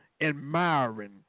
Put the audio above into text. admiring